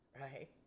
right